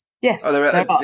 Yes